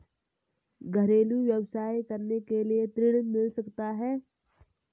घरेलू व्यवसाय करने के लिए ऋण मिल सकता है?